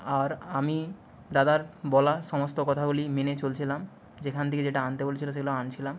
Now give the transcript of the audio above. আর আমি দাদার বলা সমস্ত কথাগুলি মেনে চলছিলাম যেখান থেকে যেটা আনতে বলছিলো সেগুলো আনছিলাম